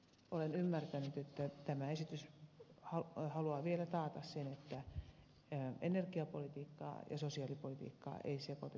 olen ymmärtänyt että tämä esitys haluaa vielä taata sen että energiapolitiikkaa ja sosiaalipolitiikkaa ei sekoiteta keskenään